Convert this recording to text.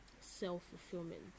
self-fulfillment